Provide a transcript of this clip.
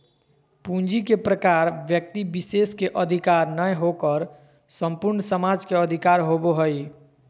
पूंजी के प्रकार व्यक्ति विशेष के अधिकार नय होकर संपूर्ण समाज के अधिकार होबो हइ